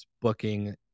booking